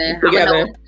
Together